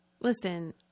Listen